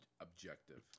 objective